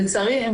לצערי,